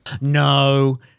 No